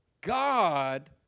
God